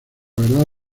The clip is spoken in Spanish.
verdad